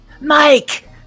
Mike